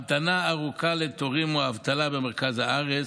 המתנה ארוכה לתורים או אבטלה במרכז הארץ.